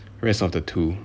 the rest of the two